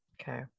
okay